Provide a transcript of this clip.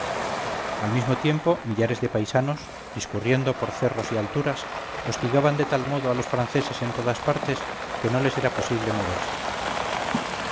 al mismo tiempo millares de paisanos discurriendo por cerros y alturas hostigaban de tal modo a los franceses en todas partes que no les era posible moverse